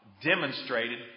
demonstrated